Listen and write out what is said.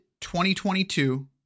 2022